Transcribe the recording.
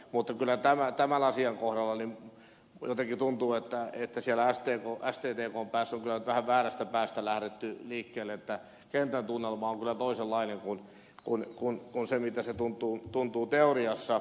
mutta kyllä tämän asian kohdalla jotenkin tuntuu että siellä sttkn päässä on kyllä nyt vähän väärästä päästä lähdetty liikkeelle että kentän tunnelma on kyllä toisenlainen kuin se miltä se tuntuu teoriassa